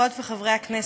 חברות וחברי הכנסת,